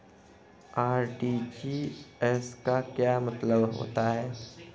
RTGS का क्या मतलब होता है?